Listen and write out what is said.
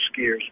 skiers